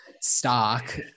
stock